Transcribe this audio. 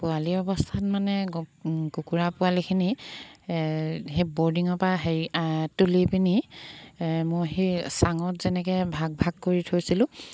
পোৱালি অৱস্থাত মানে কুকুৰা পোৱালিখিনি সেই বৰ্ডিঙৰ পৰা হেৰি তুলি পিনি মই সেই চাঙত যেনেকৈ ভাগ ভাগ কৰি থৈছিলোঁ